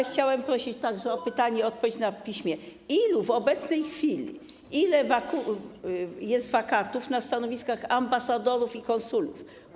Chciałam prosić także o odpowiedź na piśmie: Ile w obecnej chwili jest wakatów na stanowiskach ambasadorów i konsulów?